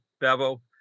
Bevo